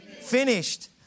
finished